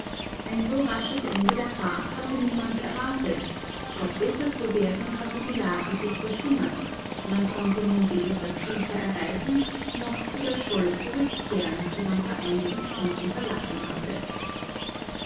ein so rasches ende der fahrt hatte niemand erwartet statt besser zu werden hatte die lage sich verschlimmert man konnte nun weder das ufer erreichen noch zu der scholle zurückkehren die man vor einigen stunden verlassen hatte